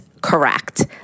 correct